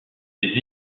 ses